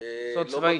סוד.